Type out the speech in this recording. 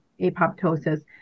apoptosis